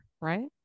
Right